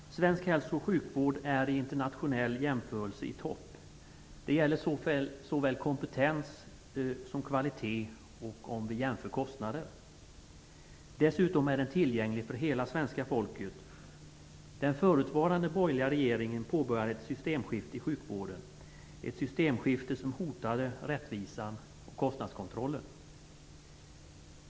Herr talman! Svensk hälso och sjukvård är i internationell jämförelse i topp. Det gäller såväl kompetens och kvalitet som kostnader. Dessutom är den tillgänglig för hela svenska folket. Den förutvarande borgerliga regeringen påbörjade ett systemskifte i sjukvården, ett systemskifte som hotade rättvisan och kostnadskontrollen.